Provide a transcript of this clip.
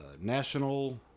National